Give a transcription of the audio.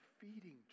feeding